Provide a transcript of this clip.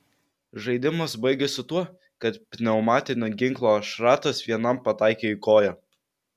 žaidimas baigėsi tuo kad pneumatinio ginklo šratas vienam pataikė į koją